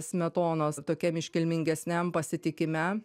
smetonos tokiam iškilmingesniam pasitikime